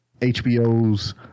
HBO's